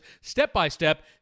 step-by-step